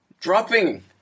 dropping